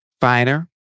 finer